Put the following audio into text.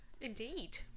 indeed